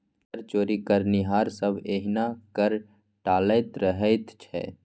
कर चोरी करनिहार सभ एहिना कर टालैत रहैत छै